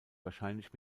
wahrscheinlich